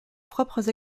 propres